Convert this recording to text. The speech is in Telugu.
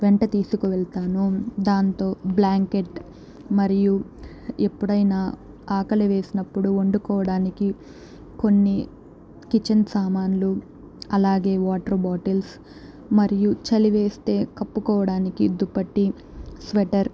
వెంట తీసుకు వెళతాను దాంతో బ్లాంకెట్ మరియు ఎప్పుడైనా ఆకలి వేసినప్పుడు వండుకోవడానికి కొన్ని కిచెన్ సామాన్లు అలాగే వాటర్ బాటిల్స్ మరియు చలివేస్తే కప్పుకోవడానికి దుప్పటి స్వెటర్